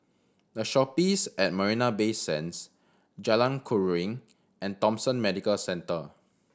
The Shoppes at Marina Bay Sands Jalan Keruing and Thomson Medical Centre